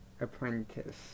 apprentice